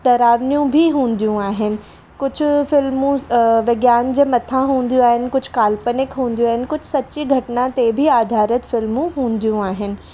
डरावनियूं बि हूंदियूं आहिनि कुझु फ़िल्मुसि विज्ञान जे मथां हूंदियूं आहिनि कुझु काल्पनिक हूंदियूं आहिनि कुझु सची घटना ते बि आधारित फिल्मूं हूंदियूं आहिनि